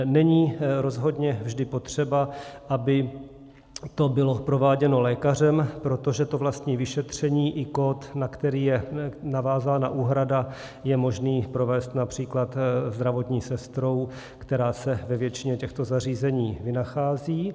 Není rozhodně vždy potřeba, aby to bylo prováděno lékařem, protože to vlastní vyšetření i kód, na který je navázána úhrada je možné provést například zdravotní sestrou, která se ve většině těchto zařízení vynachází.